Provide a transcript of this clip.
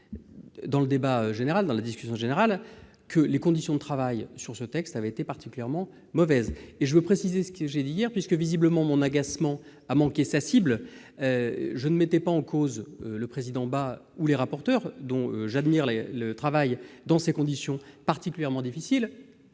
j'ai indiqué hier dans la discussion générale que les conditions de travail sur ce texte avaient été particulièrement mauvaises. Je précise, puisque visiblement l'expression de mon agacement a manqué sa cible, que je ne mettais pas en cause le président Bas ou les rapporteurs, dont j'admire le travail dans ces conditions particulièrement difficiles.